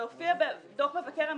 זה הופיע בדוח מבקר המדינה,